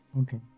Okay